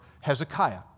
Hezekiah